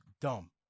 dumb